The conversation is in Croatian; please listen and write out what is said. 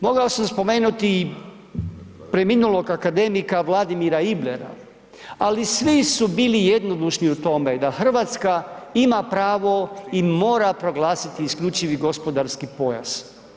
Mogao sam spomenuti preminulog akademika Vladimira Iblera ali svi su bili jednodušni u tome da Hrvatska ima pravo i mora proglasiti isključivi gospodarski pojas.